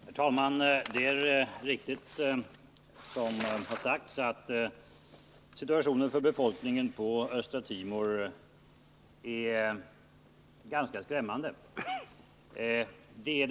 Herr talman! Det är riktigt som har sagts att situationen för befolkningen på Östtimor är svår.